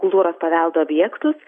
kultūros paveldo objektus